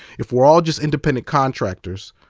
if we're all just independent contractors,